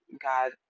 god